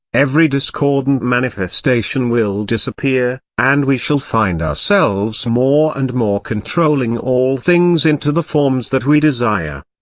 every discordant manifestation will disappear, and we shall find ourselves more and more controlling all things into the forms that we desire.